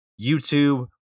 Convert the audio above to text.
YouTube